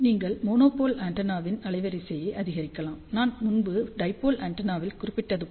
நீங்கள் மோனோபோல் ஆண்டெனாவின் அலைவரிசையை அதிகரிக்கலாம் நான் முன்பு டைபோல் ஆண்டெனாவில் குறிப்பிட்டது போல